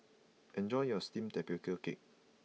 enjoy your steamed tapioca cake